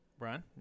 Brian